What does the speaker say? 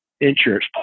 insurance